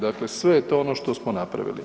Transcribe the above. Dakle, sve je to ono što smo napravili.